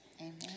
Amen